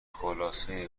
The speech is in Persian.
خلاصه